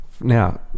Now